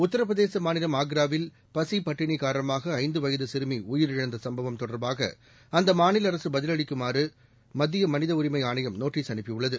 உத்தரபிரதேசமாநிலம் ஆக்ராவில் பசிபட்டினிகாரணமாகஐந்துவயதுசிறுமிஉயிரிழந்தசம்பவம் தொடர்பாகஅந்தமாநிலஅரசுபதிலளிக்குமாறுமத்தியமனிதஉரிமைஆணையம் நோட்டீஸ் அனுப்பியுள்ளது